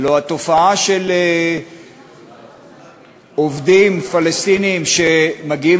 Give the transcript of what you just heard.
הלוא התופעה של עובדים פלסטינים שמגיעים